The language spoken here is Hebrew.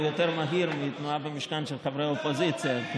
יותר מהיר מהתנועה במשכן של חברי האופוזיציה.